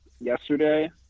yesterday